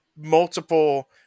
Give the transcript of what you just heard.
multiple